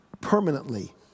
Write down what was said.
Permanently